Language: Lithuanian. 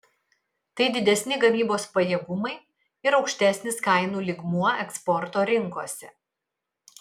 tai didesni gamybos pajėgumai ir aukštesnis kainų lygmuo eksporto rinkose